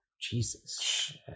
Jesus